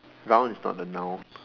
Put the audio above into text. round is not a noun